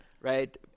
Right